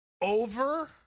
Over